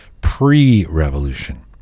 pre-revolution